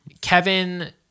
Kevin